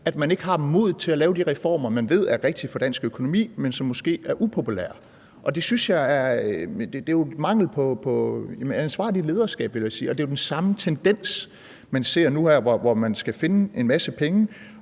at man ikke har modet til at lave de reformer, man ved er rigtige for dansk økonomi, men som måske er upopulære. Det er mangel på ansvarligt lederskab, vil jeg sige, og det er jo den samme tendens, vi ser nu her, hvor man skal finde en masse penge,